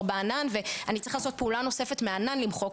בענן ואני צריכה לעשות פעולה נוספת מהענן כדי למחוק,